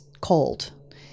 cold